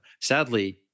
Sadly